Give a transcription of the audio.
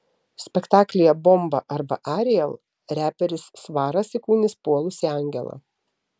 spektaklyje bomba arba ariel reperis svaras įkūnys puolusį angelą